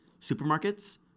supermarkets